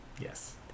Yes